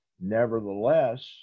Nevertheless